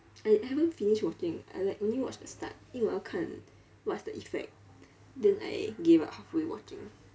I haven't finish watching I like only watch the start 因为我要看 what's the effect then I gave up halfway watching